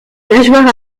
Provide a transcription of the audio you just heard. nageoires